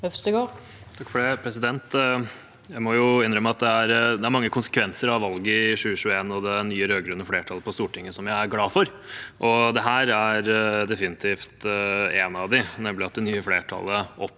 Øvstegård (SV) Jeg må innrømme at det er mange konsekvenser av valget i 2021 og det nye rød-grønne flertallet på Stortinget som jeg er glad for. Dette er definitivt en av dem, nemlig at det nye flertallet